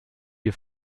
die